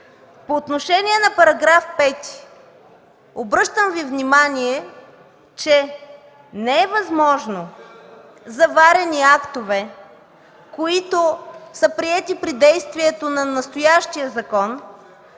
По отношение на § 5. Обръщам Ви внимание, че не е възможно заварени актове, приети при действието на настоящия закон,